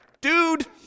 dude